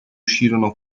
uscirono